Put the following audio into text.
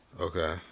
Okay